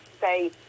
say